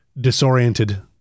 disoriented